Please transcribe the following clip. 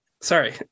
sorry